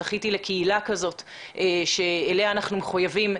זכיתי לקהילה כזאת אליה אנחנו כל כך מחויבים,